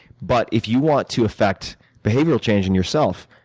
but if you want to affect behavioral change in yourself,